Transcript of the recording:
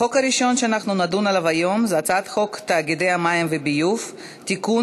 החוק הראשון שאנחנו נדון בו היום הוא הצעת חוק תאגידי מים וביוב (תיקון,